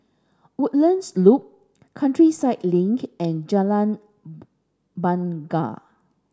Woodlands Loop Countryside Link and Jalan Bungar